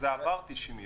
זה עבר 90 יום.